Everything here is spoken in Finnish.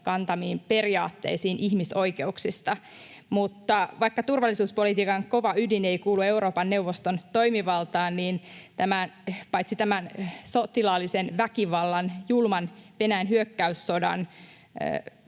kantamiin periaatteisiin ihmisoikeuksista. Vaikka turvallisuuspolitiikan kova ydin ei kuulu Euroopan neuvoston toimivaltaan, niin näen, että paitsi tämän sotilaallisen väkivallan, Venäjän julman hyökkäyssodan,